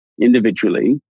individually